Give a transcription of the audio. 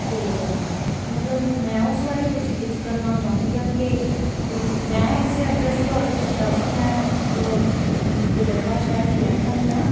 ਅਤੇ ਮਤਲਬ ਮੈਂ ਉਸ ਬਾਰੇ ਪੁੱਛ ਗਿੱਛ ਕਰਨਾ ਚਾਹੁੰਦੀ ਹਾਂ ਕਿ ਅ ਮੈਂ ਇਸ ਐਡਰੈਸ 'ਤੇ ਔਡਰ ਕੀਤਾ ਸੀ ਮੈਂ ਗ ਗਿੱਦੜਵਾਹਾ ਸ਼ਹਿਰ ਦੀ ਰਹਿਣ ਵਾਲੀ ਹਾਂ